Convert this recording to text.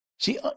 See